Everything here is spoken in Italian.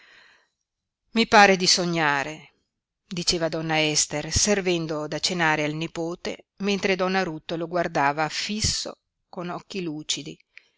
i pare di sognare diceva donna ester servendo da cenare al nipote mentre donna ruth lo guardava fisso con occhi lucidi